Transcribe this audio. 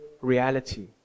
reality